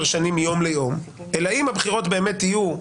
שנים מיום ליום אלא אם הבחירות באמת יהיו,